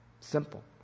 Simple